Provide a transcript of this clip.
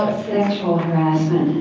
sexual harassment.